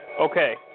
Okay